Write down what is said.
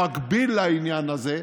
במקביל לעניין הזה,